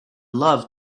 love